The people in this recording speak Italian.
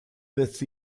this